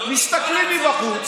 מסתכלים מבחוץ.